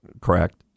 correct